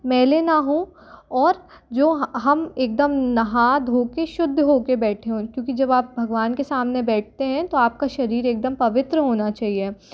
मैले ना हों और जो हम एक दम नहा धो के शुद्ध हो के बैठे हो क्योंकि जब आप भगवान के सामने बैठते हैं तो आपका शरीर एक दम पवित्र होना चाहिए